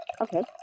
Okay